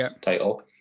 title